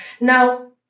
Now